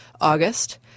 August